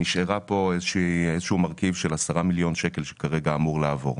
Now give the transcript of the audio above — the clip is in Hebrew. נשאר פה איזשהו מרכיב של 10 מיליון שקל שכרגע אמור לעבור.